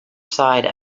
side